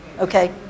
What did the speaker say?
Okay